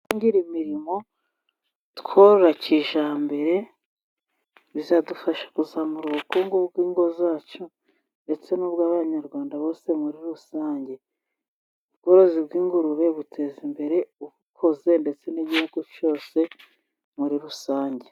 Twihangire imirimo tworora kijyambere, bizadufasha kuzamura ubukungu bw'ingo zacu, ndetse n'ubw'abanyarwanda bose muri rusange, ubworozi bw'ingurube buteza imbere ubukoze ndetse n'igihugu cyose muri rusange.